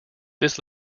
this